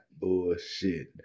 bullshit